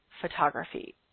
photography